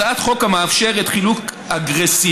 הצעת החוק מאפשרת חילוט אגרסיבי,